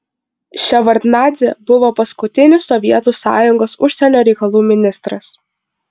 ševardnadzė buvo paskutinis sovietų sąjungos užsienio reikalų ministras